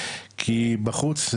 כי בחוץ,